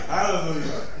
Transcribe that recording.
Hallelujah